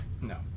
no